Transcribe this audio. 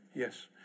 Yes